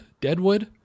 Deadwood